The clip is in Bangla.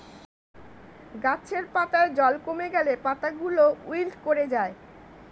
গাছের পাতায় জল কমে গেলে পাতাগুলো উইল্ট করে যায়